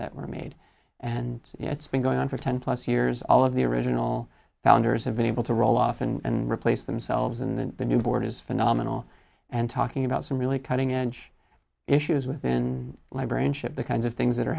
that were made and it's been going on for ten plus years all of the original founders have been able to roll off and replace themselves and the new board is phenomenal and talking about some really cutting edge issues within librarianship the kinds of things that are